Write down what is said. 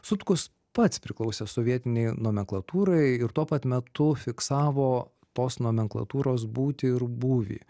sutkus pats priklausė sovietinei nomenklatūrai ir tuo pat metu fiksavo tos nomenklatūros būtį ir būvį